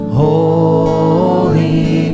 holy